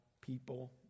people